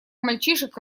мальчишек